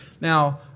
Now